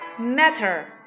matter